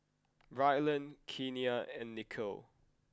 Ryland Kenia and Niko